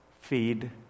Feed